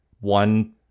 one